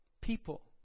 people